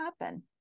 happen